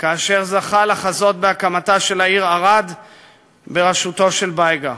כאשר זכה לחזות בהקמתה של העיר ערד בראשותו של בייגה.